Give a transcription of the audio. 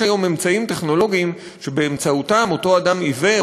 יש היום אמצעים טכנולוגיים שבאמצעותם אותו אדם עיוור